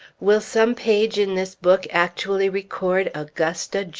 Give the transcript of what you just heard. will some page in this book actually record augusta,